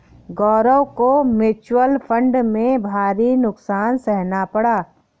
गौरव को mutual fund में भारी नुकसान सहना पड़ा